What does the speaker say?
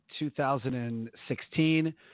2016